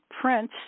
Prince